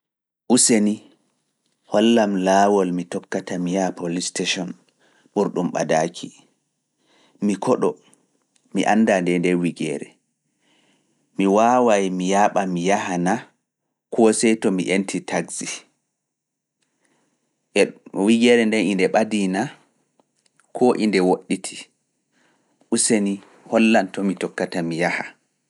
Useni hollam laawol mi tokkata mi yaa Polis station ɓurɗum ɓadaaki, mi koɗo, mi anndaa ndee nden wigeere, mi waaway mi yaaɓa mi yaha naa koo see to mi enti taxi. Wigeere nden e nde ɓadii naa koo e nde woɗɗiti, Useni hollam to mi tokkata mi yaha.